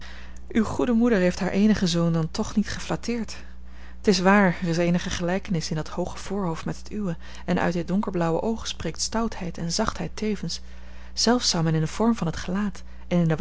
uwe goede moeder heeft haar eenigen zoon dan toch niet geflatteerd t is waar er is eenige gelijkenis in dat hooge voorhoofd met het uwe en uit dit donker blauwe oog spreekt stoutheid en zachtheid tevens zelfs zou men in den vorm van t gelaat en